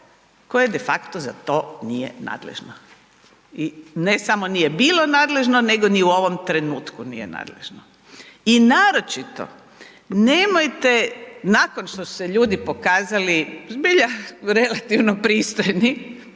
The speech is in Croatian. koje de facto za to nije nadležno i ne samo nije bilo nadležno nego ni u ovom trenutku nije nadležno. I naročito nemojte nakon što su se ljudi pokazali zbilja relativno pristojni,